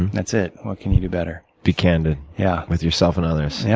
and that's it. what can we do better? be candid yeah with yourself and others. yeah